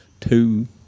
two